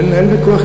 אין ויכוח,